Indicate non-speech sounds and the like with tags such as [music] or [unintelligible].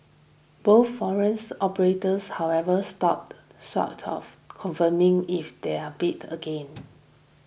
both foreign [unintelligible] operators however stopped short of confirming if they are bid again